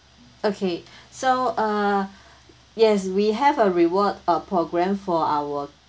okay so uh yes we have a reward uh program for our